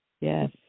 Yes